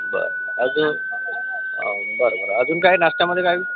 बरं अजून बरं बरं अजून काही नाश्त्यामध्ये काही